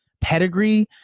pedigree